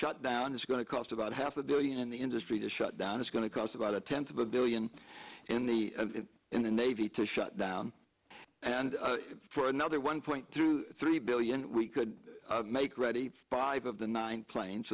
shut down it's going to cost about half a billion in the industry to shut down it's going to cost about a tenth of a billion in the in the navy to shut down and for another one point three billion we could make ready five of the nine planes